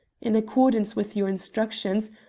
in accordance with your instructions,